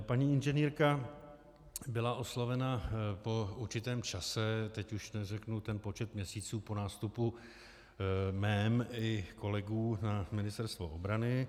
Paní inženýrka byla oslovena po určitém čase, teď už neřeknu ten počet měsíců, po nástupu mém i kolegů na Ministerstvo obrany.